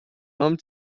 home